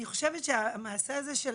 אני חושבת שהמעשה הזה של